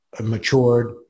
matured